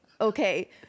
okay